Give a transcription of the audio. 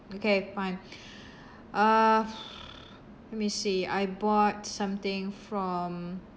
okay fine uh let me see I bought something from